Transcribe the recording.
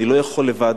אני לא יכול לבד,